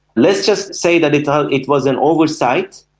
let's just say that it ah it was an oversight,